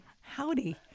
Howdy